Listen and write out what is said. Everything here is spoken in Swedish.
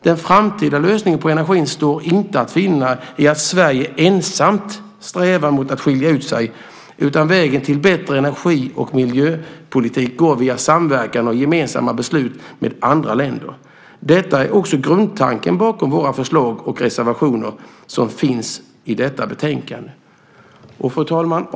Den framtida lösningen på energifrågan står inte att finna i att Sverige ensamt strävar mot att skilja ut sig, utan vägen till bättre energi och miljöpolitik går via samverkan och gemensamma beslut med andra länder. Detta är också grundtanken bakom våra förslag och reservationer som finns till detta betänkande. Fru talman!